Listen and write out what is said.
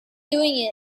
doing